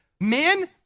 Men